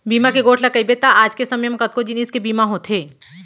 बीमा के गोठ ल कइबे त आज के समे म कतको जिनिस के बीमा होथे